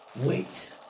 Wait